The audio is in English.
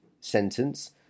sentence